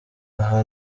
aha